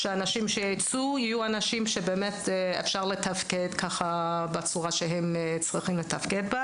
כדי שהאנשים שיצאו יוכלו לתפקד בצורה שהם צריכים לתפקד.